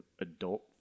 adult